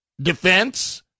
defense